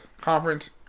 conference